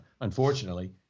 unfortunately